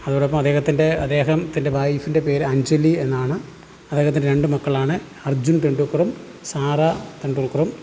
അതോടൊപ്പം അദ്ദേഹത്തിൻ്റെ അദ്ദേഹം ത്തിൻ്റെ വൈഫിൻ്റെ പേര് അഞ്ജലി എന്നാണ് അദ്ദേഹത്തിൻ്റെ രണ്ട് മക്കളാണ് അർജുൻ ടെണ്ടുൽക്കറും സാറ ടെണ്ടുൽക്കറും